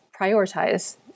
prioritize